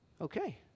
Okay